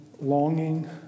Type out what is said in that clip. longing